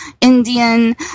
Indian